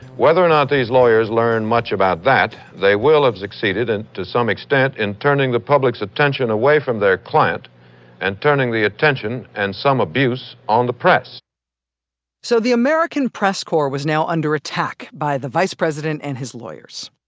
whether or not these lawyers learn much about that, they will have succeeded, and to some extent, in turning the public's attention away from their client and turning the attention and some abuse on the press so, the american press corps was now under attack by the vice president and his lawyers.